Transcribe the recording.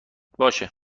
باشه